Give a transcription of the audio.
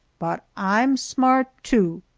but i'm smart, too!